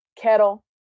Kettle